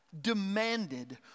demanded